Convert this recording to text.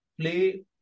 play